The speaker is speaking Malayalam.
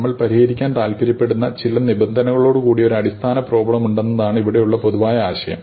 നമ്മൾ പരിഹരിക്കാൻ താൽപ്പര്യപ്പെടുന്ന ചില നിബന്ധനകളോടുകൂടിയ ഒരു അടിസ്ഥാന പ്രോബ്ലമുണ്ടെന്നതാണ് ഇവിടെയുള്ള പൊതുവായ ആശയം